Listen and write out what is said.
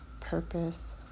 purpose